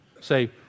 say